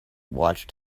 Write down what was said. watched